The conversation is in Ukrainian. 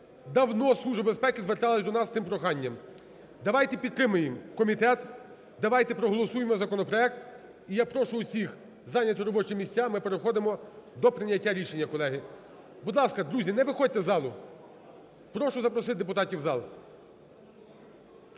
Давно Служба безпеки зверталась до нас з тим проханням. Давайте підтримаємо комітет, давайте проголосуємо законопроект. І я прошу усіх зайняти робочі місця. Ми переходимо до прийняття рішення, колеги. Будь ласка, друзі, не виходьте з залу. Прошу запросити депутатів в зал.